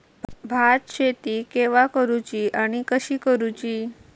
भात शेती केवा करूची आणि कशी करुची?